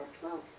twelve